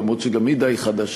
למרות שגם היא די חדשה,